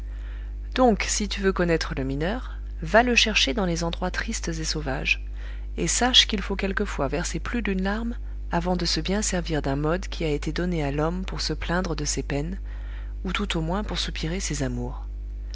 donc si tu veux connaître le mineur va le chercher dans les endroits tristes et sauvages et sache qu'il faut quelquefois verser plus d'une larme avant de se bien servir d'un mode qui a été donné à l'homme pour se plaindre de ses peines ou tout au moins pour soupirer ses amours